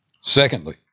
Secondly